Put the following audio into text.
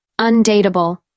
Undateable